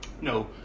No